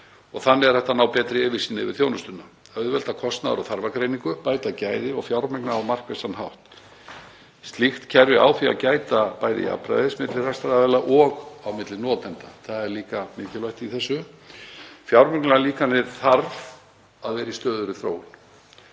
þannig er hægt að ná betri yfirsýn yfir þjónustuna, auðvelda kostnaðar- og þarfagreiningu, bæta gæði og fjármögnun á markvissan hátt. Slíkt kerfi á því að gæta bæði jafnræðis milli rekstraraðila og á milli notenda, það er líka mikilvægt í þessu. Fjármögnunarlíkanið þarf að vera í stöðugri þróun